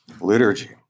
liturgy